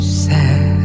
sad